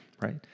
right